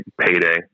payday